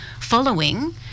following